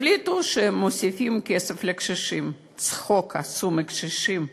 החליטו שמוסיפים כסף לקשישים, צחוק עשו מהקשישים.